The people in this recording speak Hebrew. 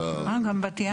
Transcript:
וגם בת-ים,